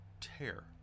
tear